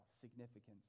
significance